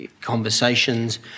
conversations